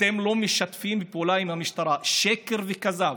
אתם לא משתפים פעולה עם המשטרה, שקר וכזב.